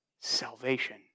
Salvation